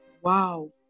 Wow